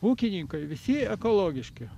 ūkininkai visi ekologiški